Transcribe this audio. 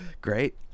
great